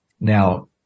Now